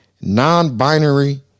non-binary